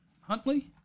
Huntley